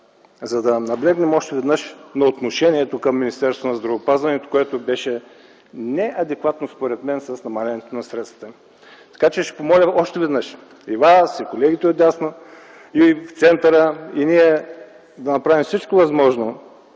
за да наблегнем още веднъж на отношението към Министерството на здравеопазването, което беше неадекватно според мен, с намаляването на средствата им. Ще помоля още веднъж – и вас, и колегите отдясно, и в центъра, и ние – да направим всичко,